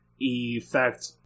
effect